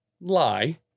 lie